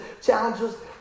challenges